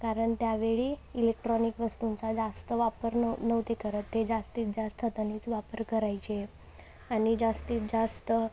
कारण त्यावेळी इलेक्ट्रॉनिक वस्तूंचा जास्त वापर न नव्हते करत ते जास्तीत जास्त हातानेच वापर करायचे आणि जास्तीत जास्त